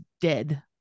dead